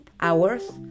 hours